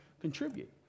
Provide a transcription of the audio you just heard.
contribute